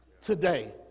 Today